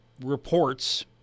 reports